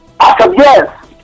yes